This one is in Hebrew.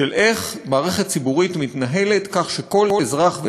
של איך מערכת ציבורית מתנהלת כך שכל אזרח,